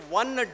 one